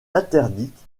interdite